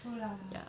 ya